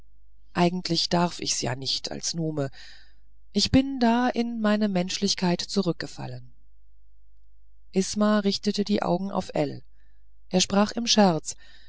eigentlich darf ich's ja nicht als nume ich bin da in meine menschlichkeit zurückgefallen isma richtete die augen auf ell er sprach im scherz